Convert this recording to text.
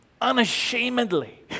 unashamedly